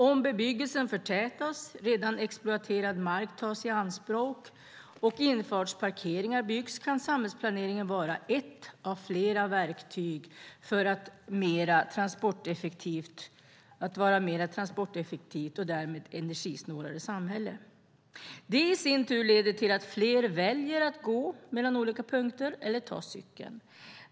Om bebyggelsen förtätas, redan exploaterad mark tas i anspråk och infartsparkeringar byggs kan samhällsplaneringen vara ett av flera verktyg för ett mer transporteffektivt och därmed energisnålare samhälle. Det i sin tur leder till att fler väljer att gå mellan olika punkter eller ta cykeln.